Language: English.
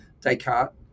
Descartes